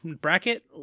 bracket